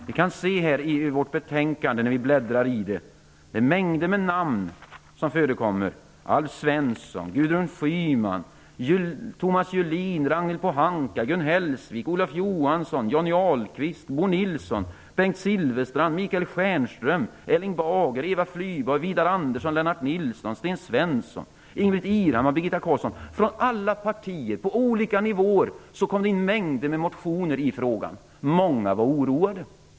När vi bläddrar i vårt betänkande kan vi se att det förekommer många namn: Alf Svensson, Gudrun Schyman, Svensson, Ingbritt Irhammar, Birgitta Carlsson. Från alla partier, på olika nivåer, kom det in mängder med motioner i frågan. Många var oroade.